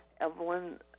Evelyn